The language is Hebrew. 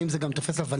האם זה גם תופס לולנת"ע?